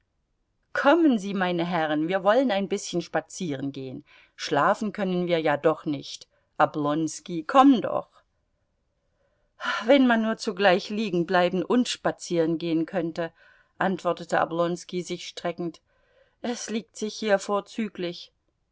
kommen sie meine herren wir wollen ein bißchen spazierengehen schlafen können wir ja doch nicht oblonski komm doch wenn man nur zugleich liegenbleiben und spazierengehen könnte antwortete oblonski sich streckend es liegt sich hier vorzüglich